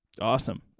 Awesome